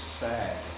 sad